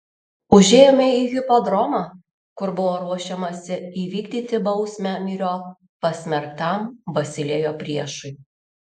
užėjome į hipodromą kur buvo ruošiamasi įvykdyti bausmę myriop pasmerktam basilėjo priešui